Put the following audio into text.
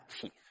teeth